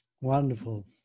Wonderful